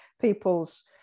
people's